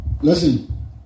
Listen